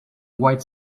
white